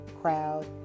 crowd